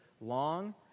long